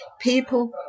people